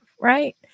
right